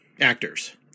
actors